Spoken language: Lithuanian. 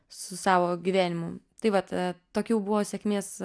su savo gyvenimu tai vat tokių buvo sėkmės